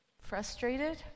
frustrated